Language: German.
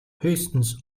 höchstens